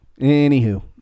Anywho